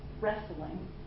wrestling